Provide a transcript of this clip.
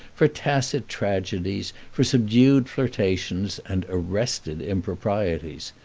for tacit tragedies, for subdued flirtations, and arrested improprieties.